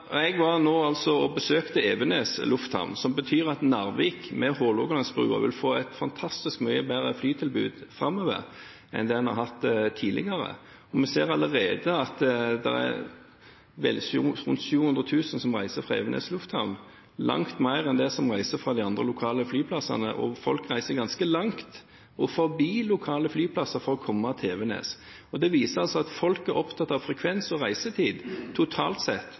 Jeg var nå og besøkte Evenes lufthavn. Narvik vil, med Hålogalandsbrua, få et fantastisk mye bedre flytilbud framover enn det en har hatt tidligere. Vi ser allerede at det er rundt 700 000 som reiser fra Evenes lufthavn, langt mer enn det som reiser fra de andre lokale flyplassene, og folk reiser ganske langt og forbi lokale flyplasser for å komme til Evenes. Det viser at folk er opptatt av frekvens og reisetid totalt sett,